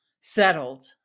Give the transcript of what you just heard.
settled